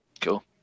cool